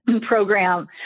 program